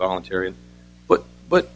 voluntary but but